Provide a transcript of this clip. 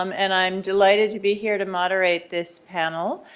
um and i'm delighted to be here to moderate this panel.